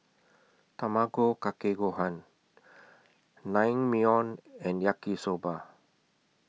Tamago Kake Gohan Naengmyeon and Yaki Soba